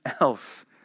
else